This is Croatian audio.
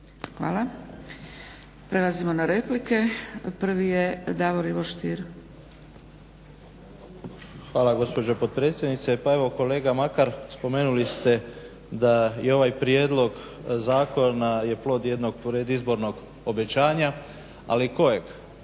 Hvala. Prelazimo na replike. Prvi je Davor Ivo Stier. **Stier, Davor Ivo (HDZ)** Hvala gospođo potpredsjednice. Pa evo kolega Mlakar spomenuli ste da i ovaj prijedlog zakona je plod jednog predizbornog obećanja. Ali kojeg?